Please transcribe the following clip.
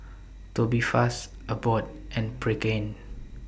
Tubifast Abbott and Pregain